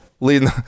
leading